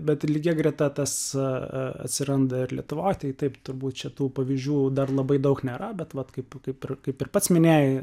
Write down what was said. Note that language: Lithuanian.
bet lygia greta tas a atsiranda ir lietuvoj tai taip turbūt čia tų pavyzdžių dar labai daug nėra bet vat kaip kaip ir kaip ir pats minėjai